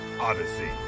odyssey